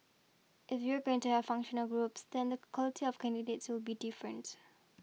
if you're going to have functional groups then the quality of candidates will be different